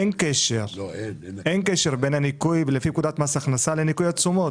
אין קשר בין הניכוי לפי פקודת מס הכנסה לניכוי התשומות,